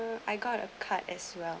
I got a card as well